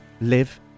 live